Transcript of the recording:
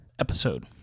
episode